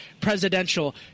presidential